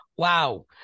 Wow